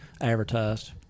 advertised